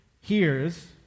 hears